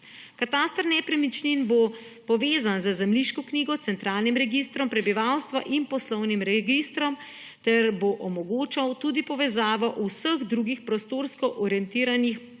Kataster nepremičnin bo povezan z zemljiško knjigo, centralnim registrom prebivalstva in poslovnim registrom ter bo omogočal tudi povezavo vseh drugih prostorsko orientiranih